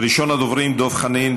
ראשון הדוברים, דב חנין,